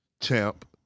Champ